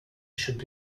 should